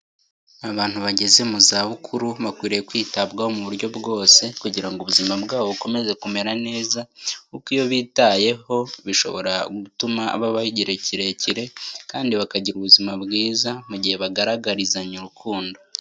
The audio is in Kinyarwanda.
Abantu bageze mu zabukuru bakwiriye kwitabwaho mu buryo bwose kugira ngo ubuzima bwabo bukomeze kumera neza, kuko iyo bitaweho bishobora gutuma babaho igihe kirekire, kandi bakagira ubuzima bwiza mu gihe bagaragarizanya urukundo.